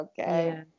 okay